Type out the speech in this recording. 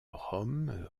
rome